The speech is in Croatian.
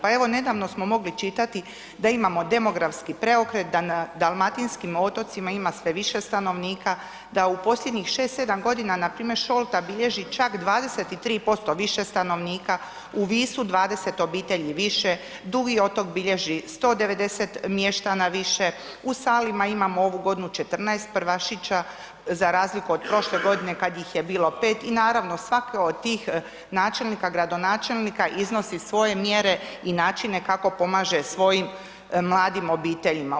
Pa evo, nedavno smo mogli čitati da imamo demografski preokret, da na dalmatinskim otocima ima sve više stanovnika, da u posljednjih 6, 7 godina, npr. Šolta bilježi čak 23% više stanovnika, u Visu 20 obitelji više, Dugi otok bilježi 190 mještana više, u Salima imamo ovu godinu 14 prvašića za razliku od prošle godine kad ih je bilo 5 i naravno, svaki od tih načelnika, gradonačelnika, iznosi svoje mjere i načine kako pomaže svojim mladim obiteljima.